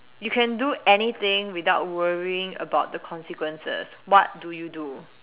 you can do anything without worrying about the consequences what do you do